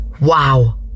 wow